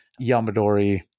Yamadori